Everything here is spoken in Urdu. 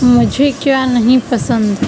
مجھے کیا نہیں پسند